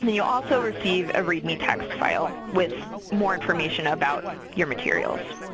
you'll also receive a readme text file with more information about your materials.